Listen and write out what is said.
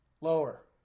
Lower